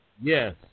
Yes